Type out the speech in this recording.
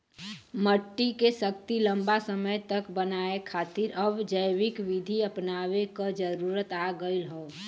मट्टी के शक्ति लंबा समय तक बनाये खातिर अब जैविक विधि अपनावे क जरुरत आ गयल हौ